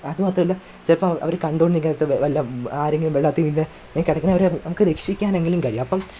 അത് മാത്രമല്ല ചിലപ്പോൾ അവർ കണ്ടോണ് നിക്കാന്നേരത്ത് വല്ല ആരെങ്കിലും വെള്ളത്തിൽ വീണ് അങ്ങനെ കിടക്കുന്നവരെ നമുക്ക് രക്ഷിക്കാനെങ്കിലും കഴിയും അപ്പം